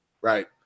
Right